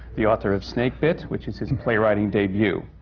the author of snakebit, which is his and playwriting debut.